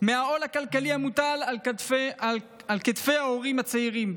העול הכלכלי המוטל על כתפי ההורים הצעירים,